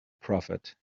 prophet